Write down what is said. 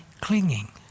clinging